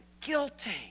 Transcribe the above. guilty